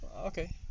Okay